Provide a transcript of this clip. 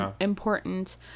important